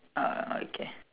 uh okay